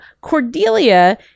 Cordelia